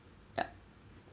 ya